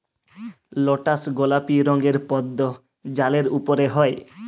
lotus গলাপি রঙের পদ্দ জালের উপরে হ্যয়